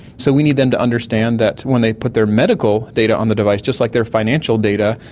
so we need them to understand that when they put their medical data on the device, just like their financial data,